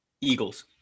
Eagles